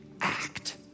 act